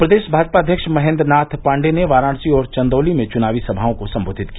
प्रदेश भाजपा अध्यक्ष महेन्द्र नाथ पाण्डेय ने वाराणसी और चन्दौली में चुनावी सभाओं को सम्बोधित किया